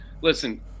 listen